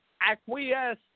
acquiesce